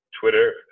Twitter